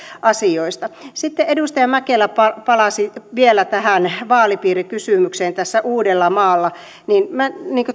asioista sitten edustaja mäkelä palasi vielä tähän vaalipiirikysymykseen uudellamaalla minä